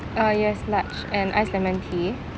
uh yes large and iced lemon tea